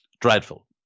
dreadful